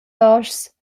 loschs